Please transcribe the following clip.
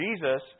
Jesus